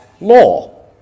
law